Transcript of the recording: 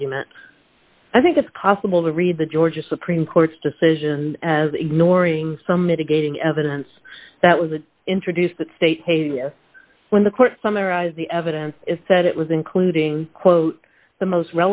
argument i think it's possible to read the georgia supreme court's decision as ignoring some mitigating evidence that was introduced the state when the court summarized the evidence is that it was including quote the most